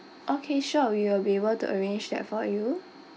okay sure we will be able to arrange that for you